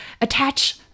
attach